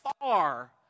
far